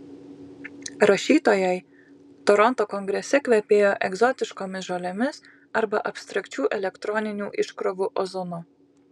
rašytojai toronto kongrese kvepėjo egzotiškomis žolėmis arba abstrakčių elektroninių iškrovų ozonu